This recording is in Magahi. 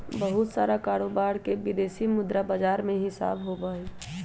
बहुत सारा कारोबार के विदेशी मुद्रा बाजार में हिसाब होबा हई